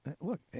look